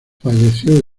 falleció